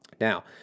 Now